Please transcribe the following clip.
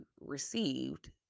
Received